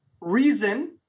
reason